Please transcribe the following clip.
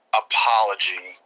apology